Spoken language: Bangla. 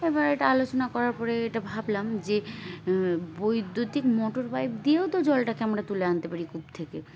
এবার এটা আলোচনা করার পরে এটা ভাবলাম যে বৈদ্যুতিক মোটর পাইপ দিয়েও তো জলটাকে আমরা তুলে আনতে পারি কূপ থেকে